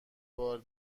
بار